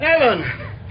Ellen